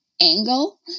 angle